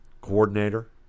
coordinator